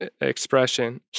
expression